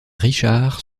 richard